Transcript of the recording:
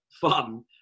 fun